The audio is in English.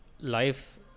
life